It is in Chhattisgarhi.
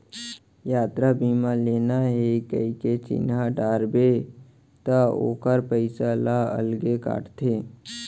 यातरा बीमा लेना हे कइके चिन्हा डारबे त ओकर पइसा ल अलगे काटथे